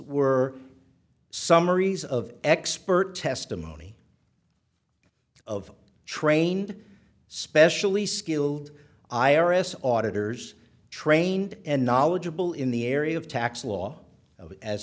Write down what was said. were summaries of expert testimony of trained specially skilled i r s auditor's trained and knowledgeable in the area of tax law